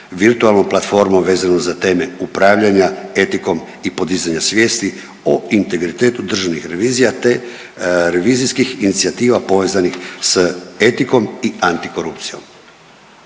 virtualnom platformom vezanu za teme upravljanja, etikom i podizanja svijesti o integritetu državnih revizija, te revizijskih inicijativa povezanih s etikom i antikorupcijom.